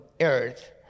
earth